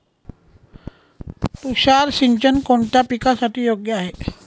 तुषार सिंचन कोणत्या पिकासाठी योग्य आहे?